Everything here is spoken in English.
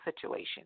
situation